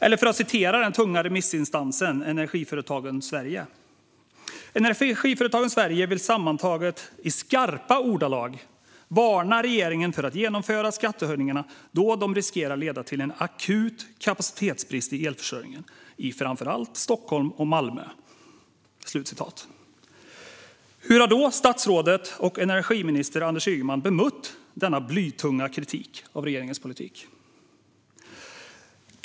Eller för att citera den tunga remissinstansen Energiföretagen Sverige: "Energiföretagen Sverige vill sammantaget i skarpa ordalag varna regeringen för att genomföra skattehöjningarna då de riskerar leda till en akut kapacitetsbrist i elförsörjningen i framför allt Stockholm och Malmö." Hur har då statsrådet och energiministern Anders Ygeman bemött denna blytunga kritik av regeringens politik?